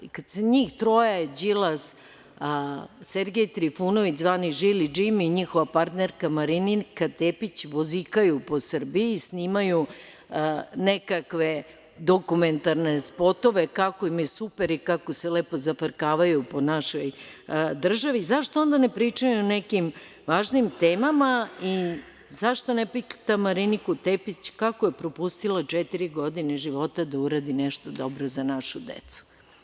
Kada se njih troje Đilas, Sergej Trifunović zvani Žili Džimi, njihova partnerka Marinika Tepić vozikaju po Srbiji i snimaju nekakve dokumentarne spotove kako im je super i kako se lepo zafrkavaju po našoj državi, zašto onda ne pričaju o nekim važnim temama i zašto ne pita Mariniku Tepić kako je propustila četiri godine života da uradi nešto dobro za našu decu?